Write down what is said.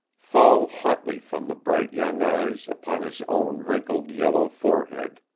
fall hotly from the bright young eyes upon his own wrinkled yellow forehead.